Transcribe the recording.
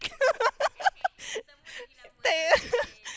tag